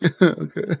Okay